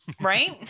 Right